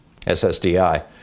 SSDI